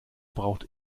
braucht